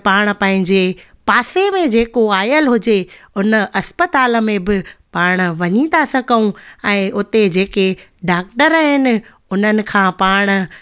पाण पंहिंजे पासे में जेको आयल हुजे उन अस्पताल में बि पाण वञी था सघूं ऐं उते जेके डॉक्टर आहिनि उन्हनि खां पाण